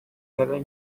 neden